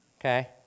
Okay